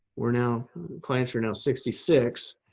we're now planning for now sixty six.